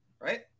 Right